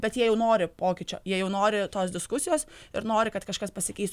bet jie jau nori pokyčio jie jau nori tos diskusijos ir nori kad kažkas pasikeistų